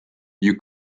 you